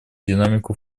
динамику